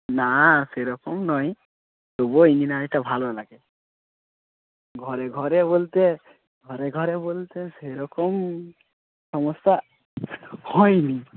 না সেরকম নয় তবুও ইঞ্জিনিয়ারিংটা ভালো লাগে ঘরে ঘরে বলতে ঘরে ঘরে বলতে সেরকম সমস্যা হয়নি